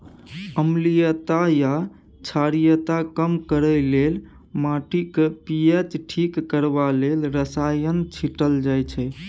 अम्लीयता या क्षारीयता कम करय लेल, माटिक पी.एच ठीक करबा लेल रसायन छीटल जाइ छै